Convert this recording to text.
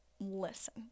listen